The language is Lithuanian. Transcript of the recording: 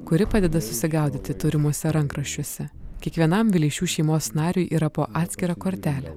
kuri padeda susigaudyti turimuose rankraščiuose kiekvienam vileišių šeimos nariui yra po atskirą kortelę